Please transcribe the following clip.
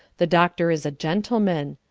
the doctor is a gentleman.